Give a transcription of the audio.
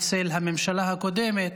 בצל הממשלה הקודמת,